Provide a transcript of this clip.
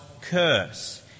curse